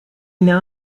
now